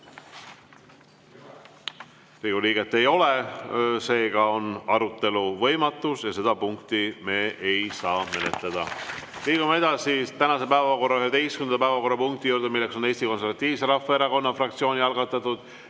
Riigikogu liiget ei ole kohal, seega on arutelu võimatus ja seda punkti me ei saa menetleda. Liigume edasi tänase päevakorra 11. päevakorrapunkti juurde: Eesti Konservatiivse Rahvaerakonna fraktsiooni algatatud